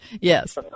Yes